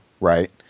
right